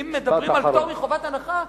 אם מדברים על פטור מחובת הנחה,